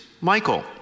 Michael